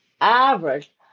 average